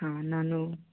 ಹಾಂ ನಾನು